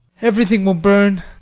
everything will burn.